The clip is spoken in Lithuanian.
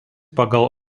pagal